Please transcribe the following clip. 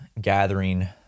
gathering